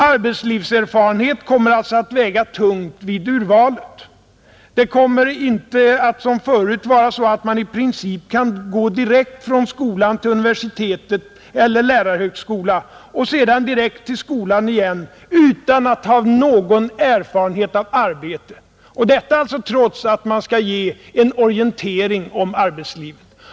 Arbetslivserfarenhet kommer alltså att väga tungt vid urvalet. Det kommer inte att som förut vara så att man i princip kan gå direkt från skolan till universitet eller lärarhögskola och sedan direkt till skolan igen utan att ha någon erfarenhet av arbete — trots att man skall ge orientering om arbetslivet.